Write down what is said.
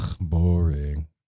boring